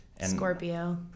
Scorpio